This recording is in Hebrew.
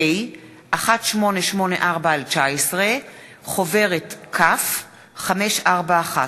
פ/1884/19 חוברת כ/541.